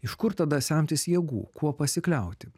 iš kur tada semtis jėgų kuo pasikliauti